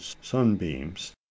sunbeams